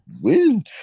win